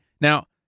Now